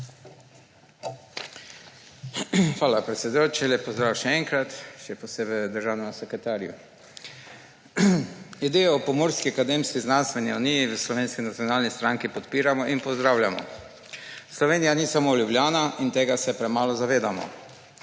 Hvala, predsedujoči. Lep pozdrav še enkrat, še posebej državnemu sekretarju! Idejo o Pomurski akademsko-znanstveni uniji v Slovenski nacionalni stranki podpiramo in pozdravljamo. Slovenija ni samo Ljubljana in tega se premalo zavedamo.